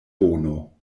bono